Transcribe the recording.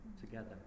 together